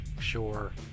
sure